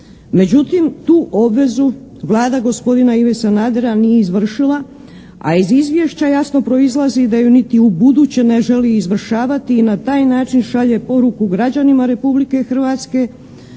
Međutim, tu obvezu Vlada gospodina Ive Sanadera nije izvršila, a iz izvještaja jasno proizlazi da ju niti u buduće ne želi izvršavati i na taj način šalje poruku građanima Republike Hrvatske